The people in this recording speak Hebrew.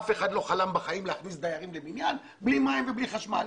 אף אחד לא חלם בחיים להכניס דיירים לבניין בלי מים ובלי חשמל.